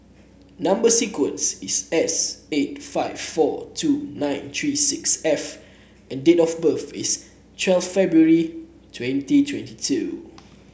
number sequence is S eight five four two nine three six F and date of birth is twelve February twenty twenty two